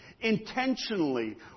intentionally